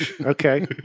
Okay